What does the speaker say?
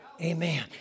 Amen